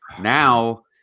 now